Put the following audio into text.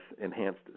enhanced